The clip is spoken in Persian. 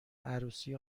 عروسی